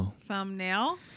Thumbnail